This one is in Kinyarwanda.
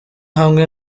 hamwe